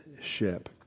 ship